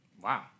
Wow